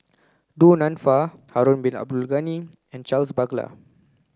Du Nanfa Harun Bin Abdul Ghani and Charles Paglar